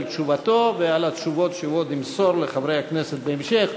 על תשובתו ועל התשובות שהוא עוד ימסור לחברי הכנסת בהמשך.